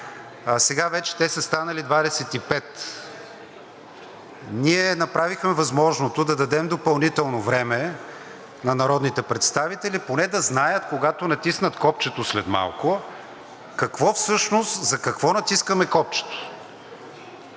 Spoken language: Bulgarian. сега вече те са станали 25. Ние направихме възможното да дадем допълнително време на народните представители поне да знаят, когато натиснат копчето след малко, за какво натискаме копчето.